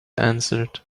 answered